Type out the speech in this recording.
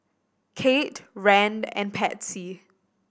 Kate Rand and Patsy